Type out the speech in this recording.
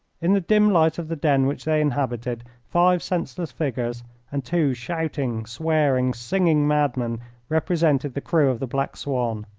in the dim light of the den which they inhabited, five senseless figures and two shouting, swearing, singing madmen represented the crew of the black swan.